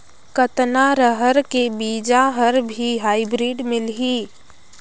कतना रहर के बीजा हर भी हाईब्रिड मिलही?